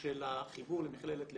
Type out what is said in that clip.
של החיבור למכללת לוינסקי.